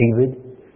David